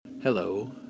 Hello